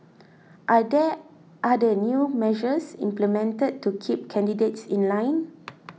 are there other new measures implemented to keep candidates in line